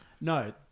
No